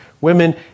women